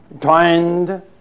twined